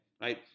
Right